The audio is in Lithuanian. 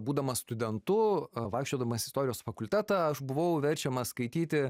būdamas studentu vaikščiodamas istorijos fakultetą aš buvau verčiamas skaityti